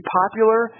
popular